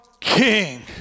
king